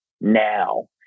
now